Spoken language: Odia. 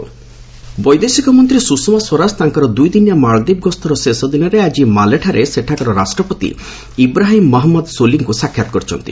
ସ୍ରଷମା ମାଳଦ୍ୱୀପ ବୈଦେଶିକ ମନ୍ତ୍ରୀ ସୁଷମା ସ୍ୱରାଜ ତାଙ୍କର ଦୁଇଦିନିଆ ମାଳଦ୍ୱୀପ ଗସ୍ତର ଶେଷ ଦିନରେ ଆଜି ମାଲେଠାରେ ସେଠାକାର ରାଷ୍ଟ୍ରପତି ଇବ୍ରାହିମ୍ ମହଞ୍ଚଦ ସୋଲିଙ୍କ ସାକ୍ଷାତ୍ କରିଛନ୍ତି